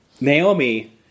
Naomi